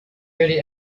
really